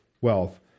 wealth